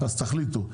אז תחליטו,